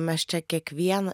mes čia kiekvieną